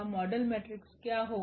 model metrics क्या होगा